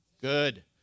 Good